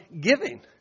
giving